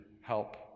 help